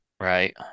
right